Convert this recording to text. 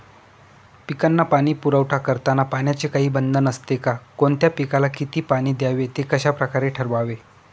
पिकांना पाणी पुरवठा करताना पाण्याचे काही बंधन असते का? कोणत्या पिकाला किती पाणी द्यावे ते कशाप्रकारे ठरवावे?